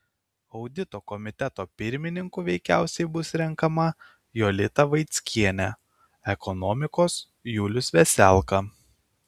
audito komiteto pirmininku veikiausiai bus renkama jolita vaickienė ekonomikos julius veselka